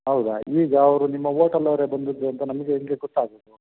ಹೌದಾ ಈಗ ಅವರು ನಿಮ್ಮ ಹೋಟೆಲವ್ರೆ ಬಂದದ್ದು ಅಂತ ನಮಗೆ ಹೇಗೆ ಗೊತ್ತಾಗೋದು